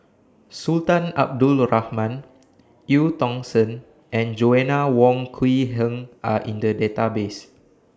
Sultan Abdul Rahman EU Tong Sen and Joanna Wong Quee Heng Are in The Database